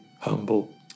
humble